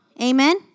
Amen